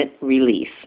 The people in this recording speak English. release